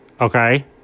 Okay